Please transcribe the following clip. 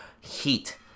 heat